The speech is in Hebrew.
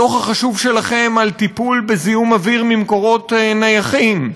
הדוח החשוב שלכם על טיפול בזיהום אוויר ממקורות נייחים,